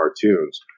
cartoons